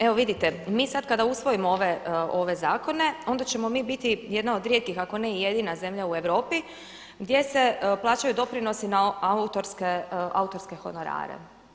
Evo vidite, mi sada kada usvojimo ove zakone onda ćemo mi biti jedna od rijetkih ako ne i jedina zemlja u Europi gdje se plaćaju doprinosi na autorske honorare.